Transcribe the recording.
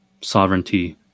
sovereignty